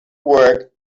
work